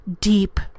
deep